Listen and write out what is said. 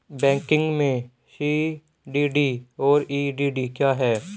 Banking में CDD और EDD क्या हैं?